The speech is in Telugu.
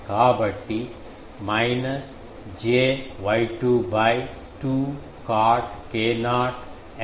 కాబట్టి minus j Y2 by 2 cot k0 l by 2 positive